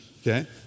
Okay